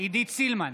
עידית סילמן,